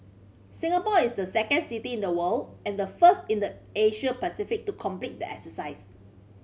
Singapore is the second city in the world and the first in the Asia Pacific to complete the exercise